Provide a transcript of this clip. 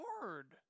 hard